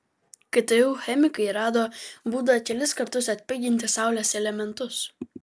ktu chemikai rado būdą kelis kartus atpiginti saulės elementus